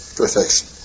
perfection